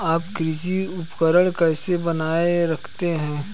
आप कृषि उपकरण कैसे बनाए रखते हैं?